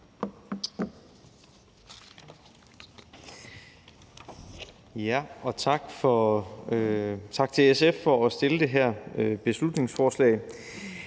ikke til at støtte det her beslutningsforslag,